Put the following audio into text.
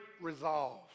resolve